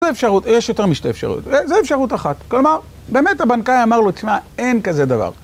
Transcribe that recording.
זו אפשרות, יש יותר משתי אפשרות, וזו אפשרות אחת. כלומר, באמת הבנקאי אמר לו, תשמע, אין כזה דבר.